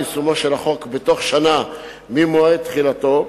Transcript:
יישומו של החוק בתוך שנה ממועד תחילתו.